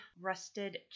Rusted